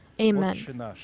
Amen